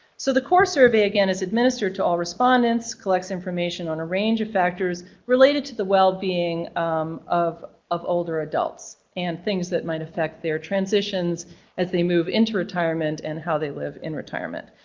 so the core survey again is administered to all respondents collects information on a range of factors related to the well-being of of older adults and things that might affect their transitions as they move into retirement and how they live in retirement.